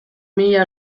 mila